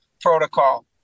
protocol